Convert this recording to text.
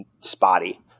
spotty